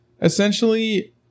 essentially